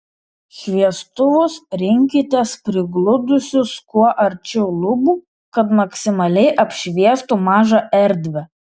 šviestuvus rinkitės prigludusius kuo arčiau lubų kad maksimaliai apšviestų mažą erdvę